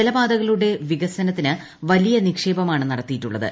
ജലപാതകളുടെ വികസനത്തിന് വലിയ നിക്ഷേപമാണ് നടത്തിയിട്ടുള്ളത്